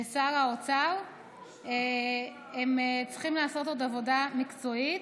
ושר האוצר צריכים לעשות עוד עבודה מקצועית.